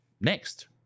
next